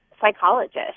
psychologist